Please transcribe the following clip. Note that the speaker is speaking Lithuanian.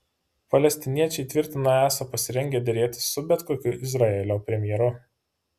palestiniečiai tvirtina esą pasirengę derėtis su bet kokiu izraelio premjeru